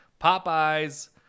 Popeye's